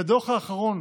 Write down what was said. בדוח האחרון